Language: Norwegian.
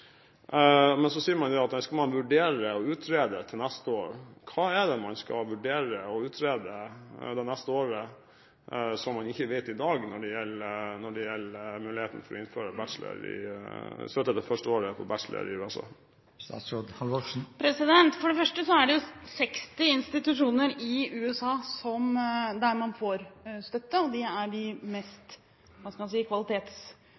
Men så sier man at det skal man vurdere og utrede til neste år. Hva er det man skal vurdere og utrede det neste året som man ikke vet i dag når det gjelder muligheten for å innføre støtte til det første året på bachelorstudiet i USA? For det første er det 60 institusjoner i USA man får støtte til, og det er